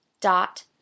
dot